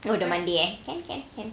oh the monday eh can can can